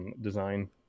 design